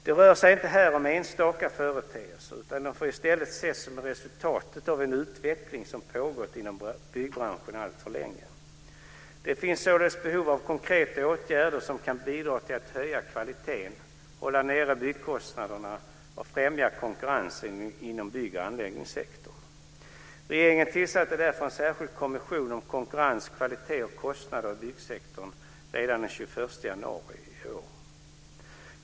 Det rör sig inte här om enstaka företeelser utan de får i stället ses som resultatet av en utveckling som pågått inom byggbranschen alltför länge. Det finns således behov av konkreta åtgärder som kan bidra till att höja kvaliteten, hålla nere byggkostnaderna och främja konkurrensen inom bygg och anläggningssektorn. Regeringen tillsatte därför en särskild kommission om konkurrensen, kvaliteten och kostnaderna i byggsektorn redan den 21 februari i år.